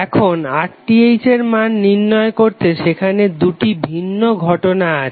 এখন RTh এর মান নির্ণয় করতে সেখানে দুটি ভিন্ন ঘটনা আছে